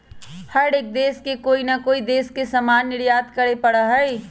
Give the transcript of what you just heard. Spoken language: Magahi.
हर एक देश के कोई ना कोई देश से सामान निर्यात करे पड़ा हई